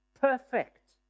perfect